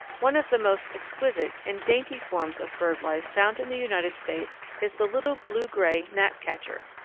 one of the most exquisite and dainty forms of bird life found in the united states is the little blue-gray gnatcatcher.